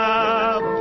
up